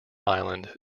island